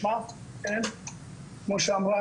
כמו שאמרה,